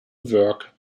work